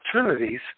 opportunities